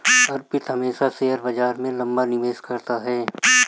अर्पित हमेशा शेयर बाजार में लंबा निवेश करता है